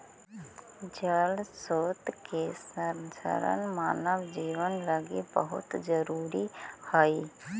जल स्रोत के संरक्षण मानव जीवन लगी बहुत जरूरी हई